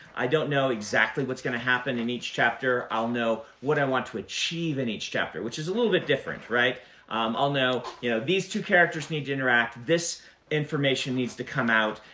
i don't know exactly what's going to happen in each chapter. i'll know what i want to achieve in each chapter, which is a little bit different. um i'll know yeah these two characters need to interact, this information needs to come out,